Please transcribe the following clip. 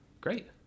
Great